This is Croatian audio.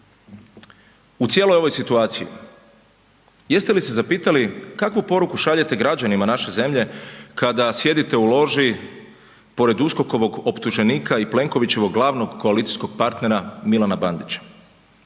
u cijeloj ovoj situaciji, jeste li se zapitali kakvu poruku šaljete građanima naše zemlje kada sjedite u loži pored USKOK-ovog optuženika i Plenkovićevog glavnog koalicijskog partnera Milana Bandića?